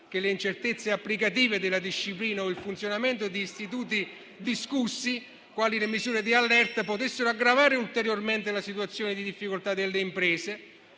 che le incertezze applicative della disciplina o il funzionamento di istituti discussi, quali le misure di allerta, potessero aggravare ulteriormente la situazione di difficoltà delle imprese,